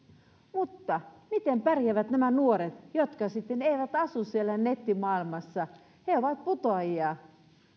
mutta miten pärjäävät nämä nuoret jotka sitten eivät asu siellä nettimaailmassa he ovat putoajia